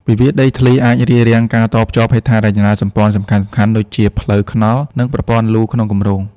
វិវាទដីធ្លីអាចរារាំងការតភ្ជាប់ហេដ្ឋារចនាសម្ព័ន្ធសំខាន់ៗ ដូចជាផ្លូវថ្នល់ និងប្រព័ន្ធលូក្នុងគម្រោង។